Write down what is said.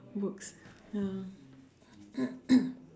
books ya